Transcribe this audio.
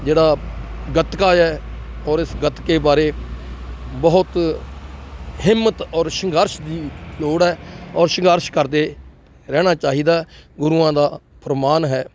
ਜਿਹੜਾ ਗੱਤਕਾ ਹੈ ਔਰ ਇਸ ਗੱਤਕੇ ਬਾਰੇ ਬਹੁਤ ਹਿੰਮਤ ਔਰ ਸੰਘਰਸ਼ ਦੀ ਲੋੜ ਹੈ ਔਰ ਸੰਘਰਸ਼ ਕਰਦੇ ਰਹਿਣਾ ਚਾਹੀਦਾ ਗੁਰੂਆਂ ਦਾ ਫੁਰਮਾਨ ਹੈ